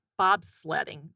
bobsledding